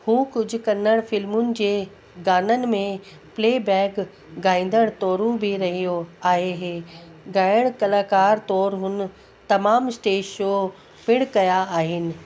हू कुझु कन्नड़ फ़िल्मुनि जे गाननि में प्लेबैक ॻाईंदड़ तौर बि रहियो आहे ऐं ॻाइणु कलाकार तौरु हुन तमामु स्टेज शो पिण कया आहिनि